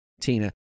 Tina